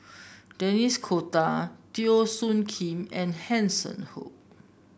Denis D'Cotta Teo Soon Kim and Hanson Ho